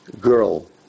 girl